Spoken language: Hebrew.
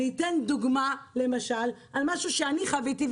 אני אתן דוגמה למשל על משהו שאני חוויתי.